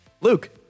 Luke